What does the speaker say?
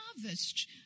harvest